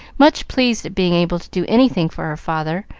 much pleased at being able to do anything for her father,